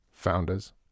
founders